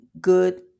good